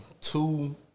two